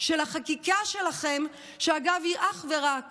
של החקיקה שלכם, שאגב, היא אך ורק